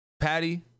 Patty